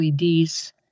LEDs